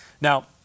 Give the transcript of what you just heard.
Now